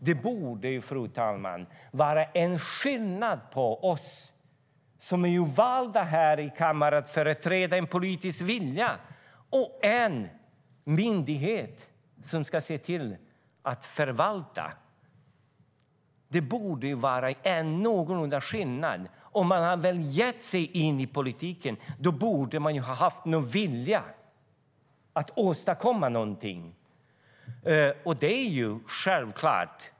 Det borde, fru talman, vara skillnad på oss här i kammaren som är valda att företräda en politisk vilja och en myndighet som ska se till att förvalta. Det borde vara någorlunda skillnad om man har gett sig in i politiken. Då borde man ha haft någon vilja att åstadkomma något.